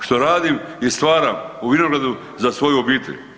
Što radim i stvaram u vinogradu za svoju obitelj?